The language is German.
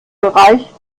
bereich